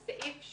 כן.